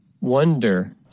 Wonder